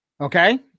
Okay